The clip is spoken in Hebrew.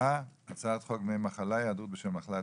הצעת חוק דמי מחלה (היעדרות בשל מחלת